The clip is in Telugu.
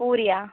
పూరీయా